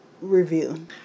review